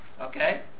okay